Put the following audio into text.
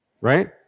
Right